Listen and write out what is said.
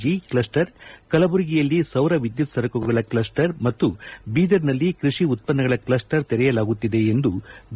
G cluster ಕಲಬುರ್ಗಿಯಲ್ಲಿ ಸೌರ ವಿದ್ಯುತ್ ಸರಕುಗಳ ಕ್ಷಸ್ಟರ್ ಮತ್ತು ಬೀದರ್ ನಲ್ಲಿ ಕೃಷಿ ಉತ್ಪನ್ನಗಳ ಕ್ಲಸ್ಟರ್ ತೆರೆಯಲಾಗುತ್ತಿದೆ ಎಂದು ಬಿ